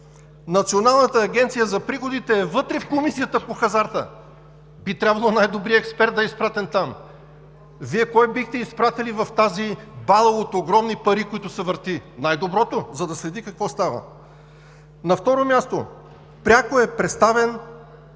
Националната агенция за приходите е вътре в Комисията по хазарта и би трябвало най-добрият експерт да е изпратен там. Вие кого бихте изпратили в тази бала от огромни пари, която се върти? Най-доброто, за да следи какво става! На второ място, пряко е представен